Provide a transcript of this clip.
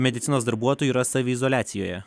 medicinos darbuotojų yra saviizoliacijoje